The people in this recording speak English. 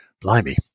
blimey